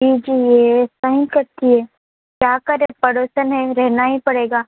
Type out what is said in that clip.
जी जी ये ऐसा ही करती है क्या करें पड़ोसन है रहना ही पड़ेगा